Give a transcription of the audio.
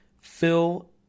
fill